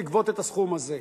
כדי לגבות את הסכום הזה.